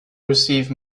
received